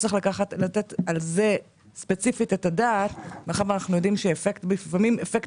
צריך לתת על זה ספציפית את הדעת מאחר שאנחנו יודעים שלפעמים אפקט